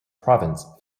province